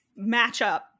matchup